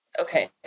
okay